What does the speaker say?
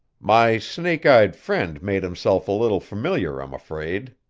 my snake-eyed friend made himself a little familiar, i'm afraid,